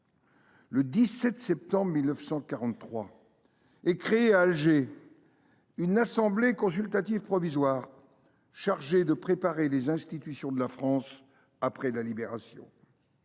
Le 17 septembre 1943 est créée, à Alger, une Assemblée consultative provisoire chargée de préparer les institutions de la France après la Libération.